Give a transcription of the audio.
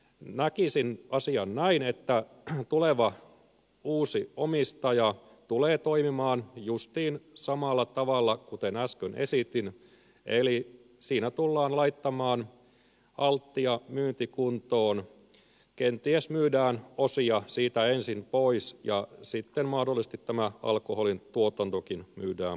näkisin asian näin että tuleva uusi omistaja tulee toimimaan justiin samalla tavalla kuin äsken esitin eli siinä tullaan laittamaan altia myyntikuntoon kenties myydään osia siitä ensin pois ja sitten mahdollisesti tämä alkoholin tuotantokin myydään pois